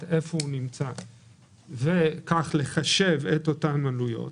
איפה הוא נמצא וכך לחשב את אותן עלויות.